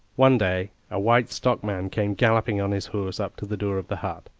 one day a white stockman came galloping on his horse up to the door of the hut,